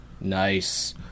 Nice